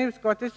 Utskottet